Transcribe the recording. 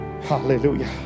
Hallelujah